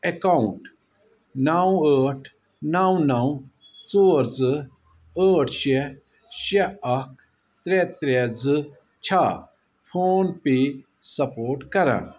account نَو ٲٹھ نَو نَو ژور زٕ ٲٹھ شےٚ شےٚ اکھ ترٛےٚ ترٛےٚ زٕ چھا فون پے سپورٹ کَران